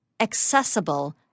accessible